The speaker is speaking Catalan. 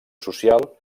social